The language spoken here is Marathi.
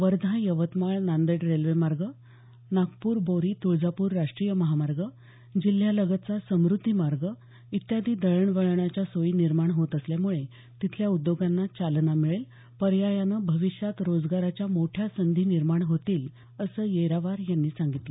वर्धा यवतमाळ नांदेड रेल्वे मार्ग नागपूर बोरी तुळजापूर राष्ट्रीय महामार्ग जिल्ह्यालगतचा समृध्दी मार्ग आदी दळणवळणाच्या सोयी निर्माण होत असल्यामुळे तिथल्या उद्योगांना चालना मिळेल पर्यायानं भविष्यात रोजगाराच्या मोठ्या संधी निर्माण होतील असं येरावार यांनी सांगितलं